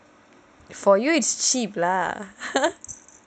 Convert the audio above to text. for you it's cheap lah